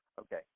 Okay